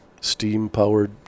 steam-powered